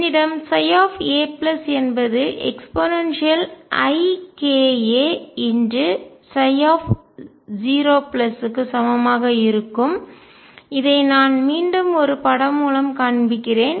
என்னிடம் ψ a என்பது eikaψ0 க்கு சமமாக இருக்கும் இதை நான் மீண்டும் ஒரு படம் மூலம் காண்பிக்கிறேன்